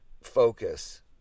focus